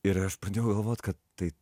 ir aš pradėjau galvot kad tai